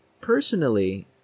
personally